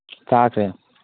ꯆꯥꯈ꯭ꯔꯦ